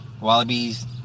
Wallabies